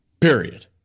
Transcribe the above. Period